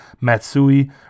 Matsui